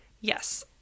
Yes